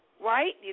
Right